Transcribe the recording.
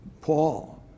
Paul